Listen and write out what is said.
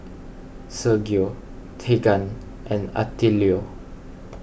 Sergio Teagan and Attilio